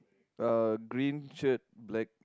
uh green shirt black